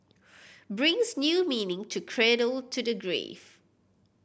brings new meaning to cradle to the grave